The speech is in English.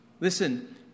Listen